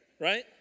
right